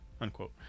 unquote